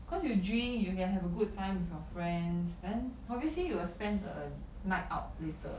because you drink you can have a good time with your friends then obviously you will spend a night out later